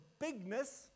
bigness